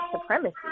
supremacy